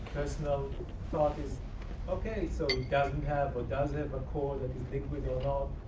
you know thought is ok, so it doesn't have, or does have a core that is liquid or not.